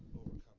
overcome